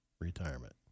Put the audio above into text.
retirement